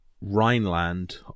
Rhineland